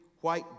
white